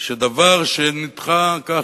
שדבר שנדחה כך,